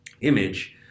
image